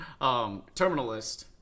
Terminalist